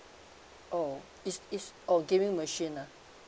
oh is is oh gaming machine lah